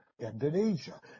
Indonesia